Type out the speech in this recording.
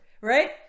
right